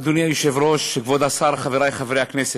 אדוני היושב-ראש, כבוד השר, חברי חברי הכנסת,